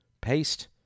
paste